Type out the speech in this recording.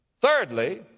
Thirdly